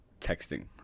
texting